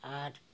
আর